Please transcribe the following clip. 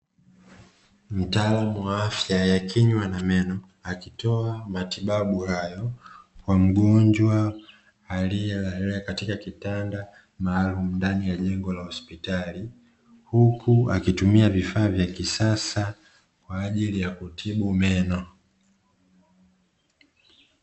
Mtaalamu wa afya ya kinywa na meno, akitoa matibabu hayo kwa mgonjwa aliyelala katika kitanda maalumu ndani ya jengo la hospitali. Huku akitumia vifaa vya kisasa kwa ajili ya kutibu meno.